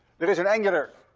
there is an angular